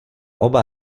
oba